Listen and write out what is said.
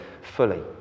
fully